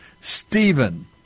Stephen